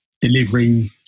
delivering